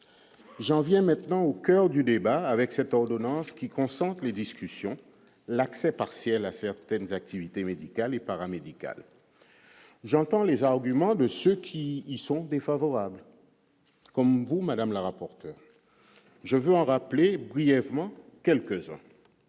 j'en viens maintenant au coeur du débat avec cette ordonnance, qui concentre les discussions l'accès partiel à certaines activités médicales et paramédicales, j'entends les arguments de ceux qui y sont défavorables, comme vous Madame la rapporteur je veux rappeler brièvement quelques